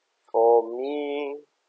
for me